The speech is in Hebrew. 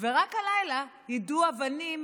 ורק הלילה יידו אבנים